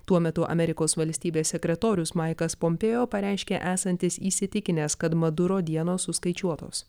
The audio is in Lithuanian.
tuo metu amerikos valstybės sekretorius maikas pompėo pareiškė esantis įsitikinęs kad maduro dienos suskaičiuotos